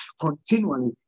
continually